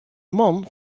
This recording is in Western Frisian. man